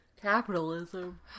Capitalism